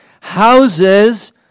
Houses